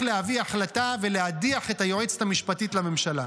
להביא החלטה ולהדיח את היועצת המשפטית לממשלה.